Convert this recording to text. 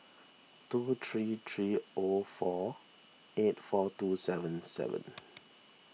two three three O four eight four two seven seven